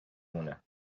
مونه